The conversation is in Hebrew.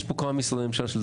יש פה כמה משרדי ממשלה,